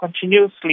continuously